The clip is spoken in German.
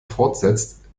fortsetzt